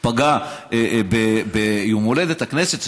פגע ביום ההולדת של הכנסת,